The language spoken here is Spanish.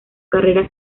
carrera